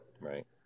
Right